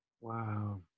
Wow